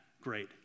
great